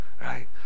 Right